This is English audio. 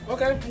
Okay